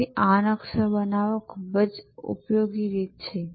તેથી આ નકશો બનાવવાની ખૂબ જ ઉપયોગી રીત છે